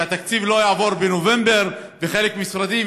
ושהתקציב לא יעבור בנובמבר וחלק מהמשרדים